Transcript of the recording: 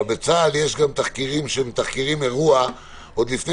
אבל בצה"ל יש גם תחקירים שמתחקרים אירוע עוד לפני